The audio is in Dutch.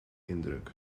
indruk